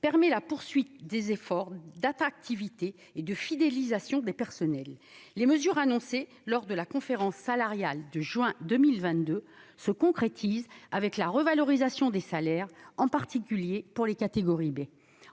permet la poursuite des efforts d'attractivité et de fidélisation des personnels. Les mesures annoncées lors de la conférence salariale de juin 2022 se concrétisent, avec la revalorisation des salaires, en particulier pour les catégories B.